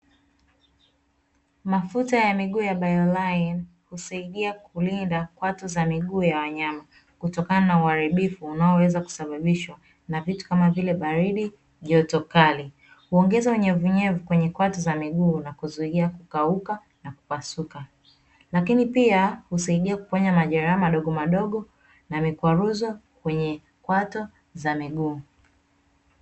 Mafuta ya miguu ya mayoline husaidia kulinda kwato za wanyama kutokana uharibifu unao weza kusabishwa na baridi, joto kali huongeza unyeunyevu kwenye kwato kusaidia kukauka na kupasuka lakini pia husaidia kuponya majereha madogo na mikwaruzo kwenye kwato za miguu.